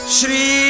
Shri